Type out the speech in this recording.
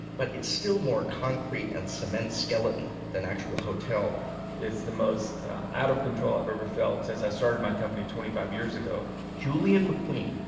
but it's still more concrete and cement skeleton, than actual hotel it's the most out of control i've ever felt since i started my company twenty five years ago julian macqueen,